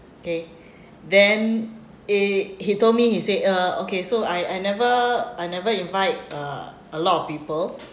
okay then eh he told me he say ah okay so I I never I never invite uh a lot of people